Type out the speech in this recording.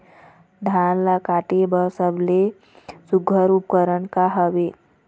धान ला काटे बर सबले सुघ्घर उपकरण का हवए?